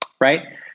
right